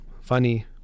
funny